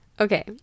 Okay